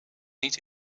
niet